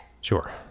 Sure